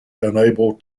unable